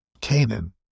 Canaan